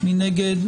מי נגד?